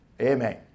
Amen